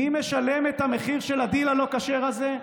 מי משלם את המחיר של הדיל הלא-כשר הזה?